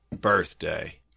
birthday